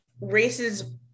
races